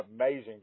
amazing